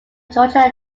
georgia